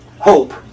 hope